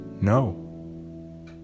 No